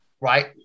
right